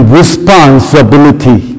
responsibility